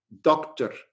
doctor